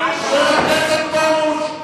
חברת הכנסת זוארץ,